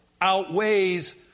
outweighs